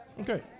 Okay